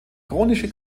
chronische